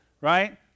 right